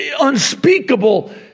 unspeakable